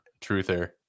truther